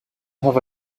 have